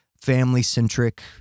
family-centric